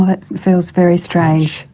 that feels very strange,